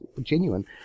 genuine